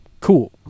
cool